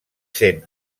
sent